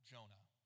Jonah